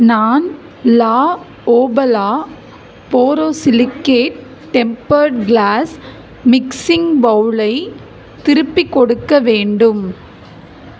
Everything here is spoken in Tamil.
நான் La Opala borosilicate tempered glass mixing பவுலை திருப்பிக் கொடுக்க வேண்டும்